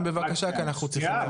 בבקשה כי אנחנו צריכים --- שנייה,